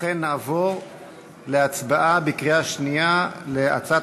לכן נעבור להצבעה בקריאה שנייה על הצעת